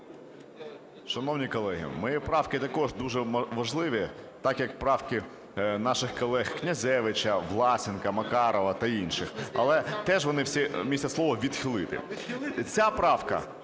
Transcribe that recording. Шановні колеги, мої правки також дуже важливі, так, як і правки наших колег Князевича, Власенка, Макарова та інших, але теж вони всі містять слово "відхилити". Ця правка